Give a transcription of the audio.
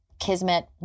kismet